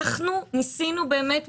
אנחנו ניסינו באמת,